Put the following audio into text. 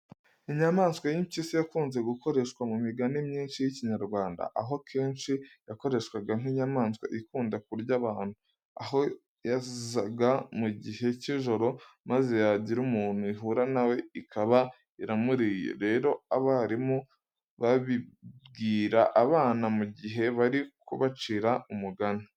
Inyamaswa y'impyisi yakunze gukoreshwa mu migani myinshi y'Ikinyarwanda. Aho akenshi yakoreshwaga nk'inyamaswa ikunda kurya abantu, aho yazaga mu gihe cy'ijoro maze yagira umuntu ihura na we ikaba iramuriye. Rero abarimu babibwira abana mu gihe bari kubacira umugani.